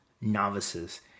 novices